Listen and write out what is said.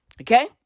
Okay